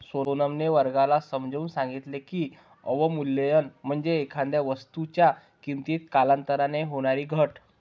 सोनमने वर्गाला समजावून सांगितले की, अवमूल्यन म्हणजे एखाद्या वस्तूच्या किमतीत कालांतराने होणारी घट